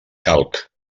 calc